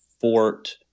Fort